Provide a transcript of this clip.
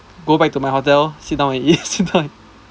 go back to my hotel sit down and eat sit down